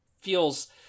feels